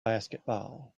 basketball